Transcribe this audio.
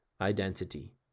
identity